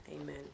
Amen